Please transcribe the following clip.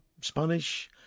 Spanish